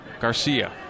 Garcia